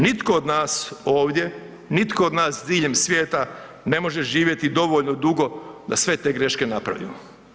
Nitko od nas ovdje, nitko od nas diljem svijeta ne može živjeti dovoljno dugo da sve te greške napravimo.